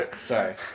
sorry